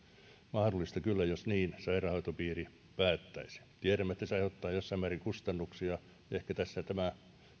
kyllä jos niin sairaanhoitopiiri päättäisi tiedämme että se aiheuttaa jossain määrin kustannuksia ehkä tässä tämä